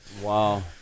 Wow